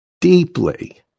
deeply